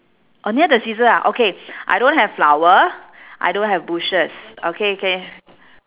orh near the scissor ah okay I don't have flower I don't have bushes okay okay